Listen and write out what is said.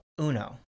UNO